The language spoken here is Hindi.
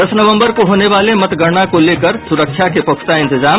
दस नवंबर को होने वाले मतगणना को लेकर सुरक्षा के पुख्ता इंतजाम